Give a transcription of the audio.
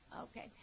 Okay